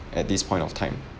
at this point of time